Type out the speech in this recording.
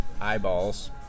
eyeballs